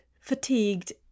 fatigued